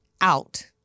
out